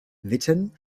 witten